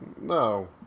No